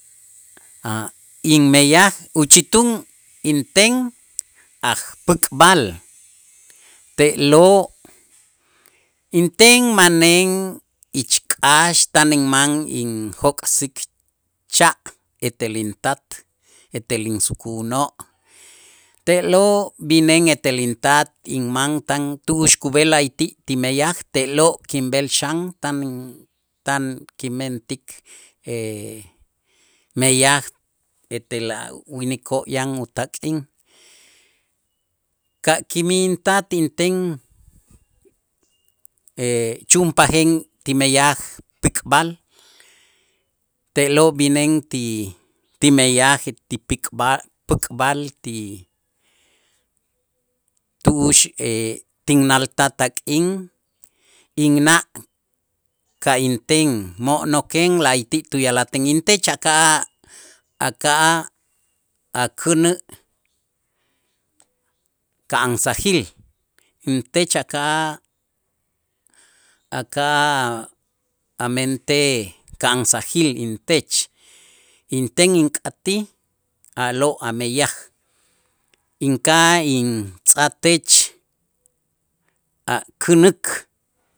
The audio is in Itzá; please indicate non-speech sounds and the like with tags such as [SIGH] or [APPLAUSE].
[HESITATION] Inmeyaj uchitun inten ajpäk'b'al te'lo' inten maneen ich k'aax tan inman injok'sik cha' etel intat, etel insuku'unoo' te'lo' b'ineen etel intat inman tan tu'ux kub'el la'ayti' ti meyaj te'lo' kinb'el xan tan in tan kimentik [HESITATION] meyaj etel a' winikoo' yan utak'in ka' kimij intat inten [HESITATION] chu'unpajen ti meyaj päk'b'al te'lo' bineen ti ti meyaj [UNINTELLIGIBLE] päk'b'al ti tu'ux [HESITATION] tinaaltaj tak'in inna' ka' inten mo'noken la'ayti' tuya'lajtech intech aka'aj aka'aj akänä' ka'ansajil, intech aka'aj amentej ka'ansajil intech, inten ink'atij a'lo' ameyaj inka'aj intz'ajtech akänäk